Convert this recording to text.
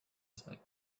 side